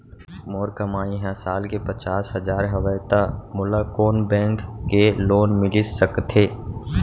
मोर कमाई ह साल के पचास हजार हवय त मोला कोन बैंक के लोन मिलिस सकथे?